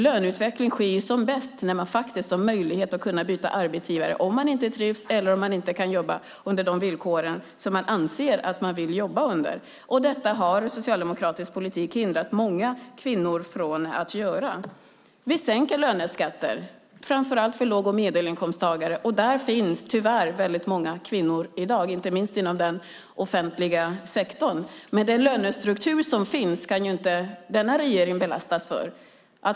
Löneutveckling sker som bäst när man faktiskt har möjlighet att byta arbetsgivare om man inte trivs eller om man inte kan jobba under de villkor som man anser att man vill jobba under. Detta har socialdemokratisk politik hindrat många kvinnor från att göra. Vi sänker löneskatter framför allt för låg och medelinkomsttagare, och där finns tyvärr väldigt många kvinnor i dag, inte minst inom den offentliga sektorn. Den lönestruktur som finns kan inte denna regering belastas för.